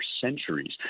centuries